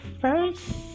first